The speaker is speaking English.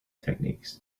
techniques